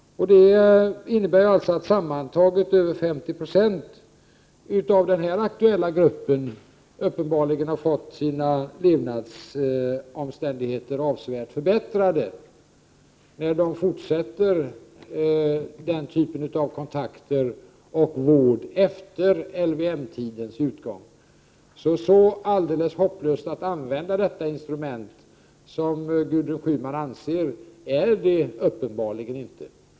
Det innebär att sammantaget över 50 90 i den här aktuella gruppen uppenbarligen har fått sina levnadsomständigheter avsevärt förbättrade. De fortsätter med denna typ av kontakter och vård efter LVM-tidens utgång. Att använda detta instrument är alltså uppenbarligen inte alldeles så hopplöst som Gudrun Schyman anser.